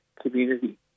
community